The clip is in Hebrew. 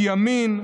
מימין,